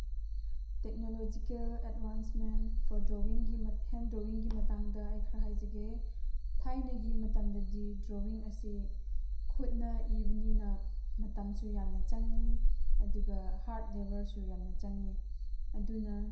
technological advancement for ꯗ꯭ꯔꯣꯋꯤꯡꯒꯤ ꯍꯦꯟ ꯗ꯭ꯔꯣꯋꯤꯡꯒꯤ ꯃꯇꯥꯡꯗ ꯑꯩ ꯈꯔ ꯍꯥꯏꯖꯒꯦ ꯊꯥꯏꯅꯒꯤ ꯃꯇꯝꯗꯗꯤ ꯗ꯭ꯔꯣꯋꯤꯡ ꯑꯁꯤ ꯈꯨꯠꯅ ꯏꯕꯅꯤꯅ ꯃꯇꯝꯁꯨ ꯌꯥꯝꯅ ꯆꯪꯉꯤ ꯑꯗꯨꯒ ꯍꯥꯔꯠ ꯂꯦꯕ꯭ꯔꯁꯨ ꯌꯥꯝꯅ ꯆꯪꯉꯤ ꯑꯗꯨꯅ